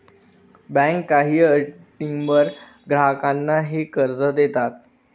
बँका काही अटींवर ग्राहकांना हे कर्ज देतात